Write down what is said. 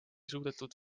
suudetud